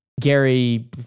Gary